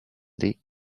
des